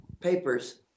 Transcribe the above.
papers